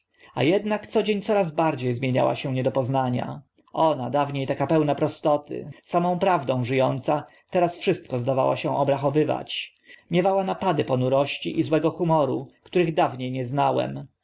a ednak co dzień bardzie zmieniała się do niepoznania ona dawnie taka pełna prostoty samą prawdą ży ąca teraz wszystko zdawała się obrachowywać miewała napady ponurości i złego humoru których dawnie nie znałem